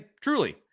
truly